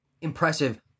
impressive